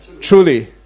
Truly